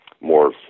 more